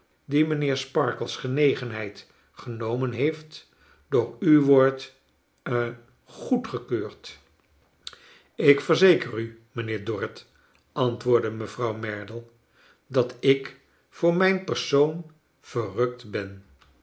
die mijnheer sparkler's genegenheid genomen heeft door u wordt ha goedgekeurdf ik verzeker u mijnheer dorrit antwoordde mevrouw merdle dat ik voor mijn persoon verrukt ben